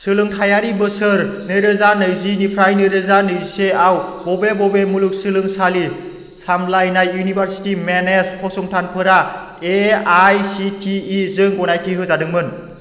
सोलोंथायारि बोसोर नैरोजा नैजिनिफ्राय नैरोजा नैजिसेआव बबे बबे मुलुग सोलोंसालि सामलायनाय इउनिभारसिटि मेनेज फसंथानफोरा एआईसिटिइ जों गनायथि होजादोंमोन